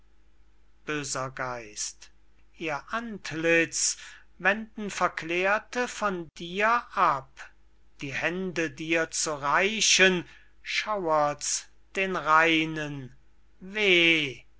böser geist ihr antlitz wenden verklärte von dir ab die hände dir zu reichen schauert's den reinen weh